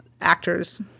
actors